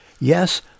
Yes